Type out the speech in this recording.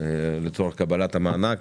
לצורך קבלת המענק.